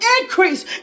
increase